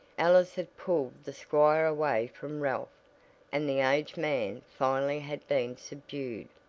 alice had pulled the squire away from ralph and the aged man finally had been subdued,